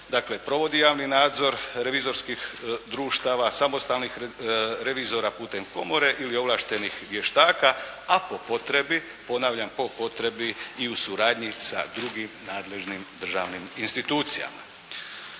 provodi javni nadzor revizorskih društava, samostalnih revizora putem komore ili ovlaštenih vještaka, a po potrebi, ponavljam po potrebi i u suradnji sa drugim nadležnim državnim institucijama.